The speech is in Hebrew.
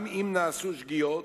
גם אם נעשו שגיאות,